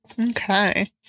Okay